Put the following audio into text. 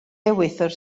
ewythr